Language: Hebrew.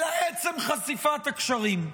אלא עצם חשיפת הקשרים,